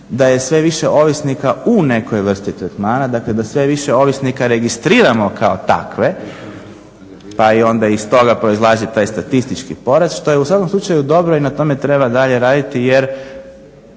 da je sve više ovisnika u nekoj vrsti tretmana. Dakle, da sve više ovisnika registriramo kao takve pa i onda iz toga proizlazi taj statistički poraz što je u svakom slučaju dobro i na tome treba dalje raditi jer